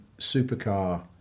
supercar